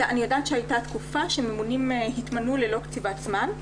אני יודעת שהייתה תקופה שממונים התמנו ללא קציבת זמן.